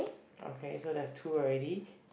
okay so that's two already